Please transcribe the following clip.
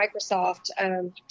Microsoft